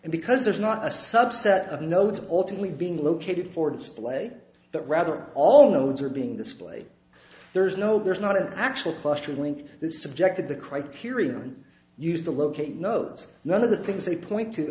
and because there's not a subset of nodes ultimately being located forwards play but rather all nodes are being displayed there's no there's not an actual clustering link this subjected the criterion used to locate nodes none of the things they point to